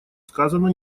сказано